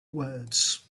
words